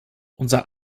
unser